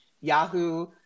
Yahoo